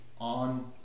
on